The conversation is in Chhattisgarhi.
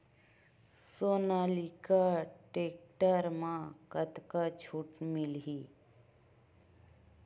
सोनालिका टेक्टर म कतका छूट मिलही?